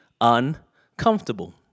uncomfortable